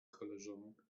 koleżanek